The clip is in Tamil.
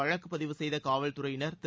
வழக்குப் பதிவு செய்த காவல்துறையினர் திரு